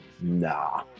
Nah